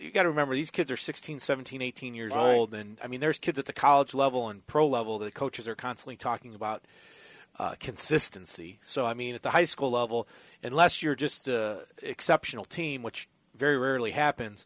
you've got to remember these kids are sixteen seventeen eighteen years old and i mean there's kids at the college level and pro level the coaches are constantly talking about consistency so i mean at the high school level unless you're just exceptional team which very rarely happens